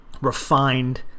refined